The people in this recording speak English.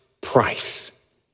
price